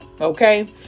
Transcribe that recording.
Okay